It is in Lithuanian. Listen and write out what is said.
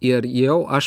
ir jau aš